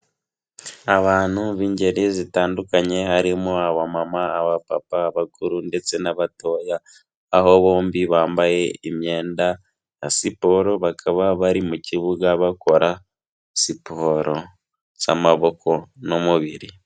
Abantu b'ingeri zitandukanye harimo abamama, abapapa, abakuru ndetse n'abatoya, aho bombi bambaye imyenda ya siporo, bakaba bari mu kibuga bakora siporo z'amaboko n'umubiri.